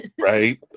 Right